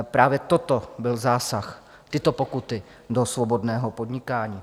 Právě toto byl zásah, tyto pokuty, do svobodného podnikání.